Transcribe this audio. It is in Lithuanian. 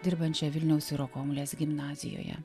dirbančia vilniaus sirokomlės gimnazijoje